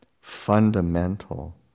fundamental